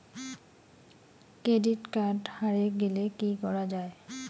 Credit card হারে গেলে কি করা য়ায়?